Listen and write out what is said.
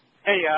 Hey